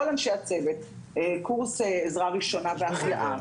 אנשי הצוות קורס עזרה ראשונה והחייאה,